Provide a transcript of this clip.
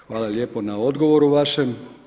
Hvala lijepo na odgovoru vašem.